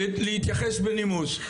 אני מבקש להתייחס בנימוס.